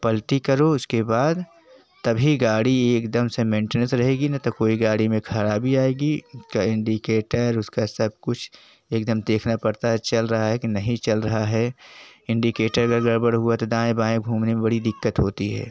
पलटी करो उसके बाद तभी गाड़ी एक दम से मेंटेनेंस रहेगी नहीं तो कोई गाड़ी में ख़राबी आएगी इंडिकेटर उसका सब कुछ एक दम देखना पड़ता है चल रहा है कि नहीं चल रहा है इंडिकेटर अगर गड़बड़ हुआ तो दाएँ बाएँ घूमने में बड़ी दिक़्क़त होती है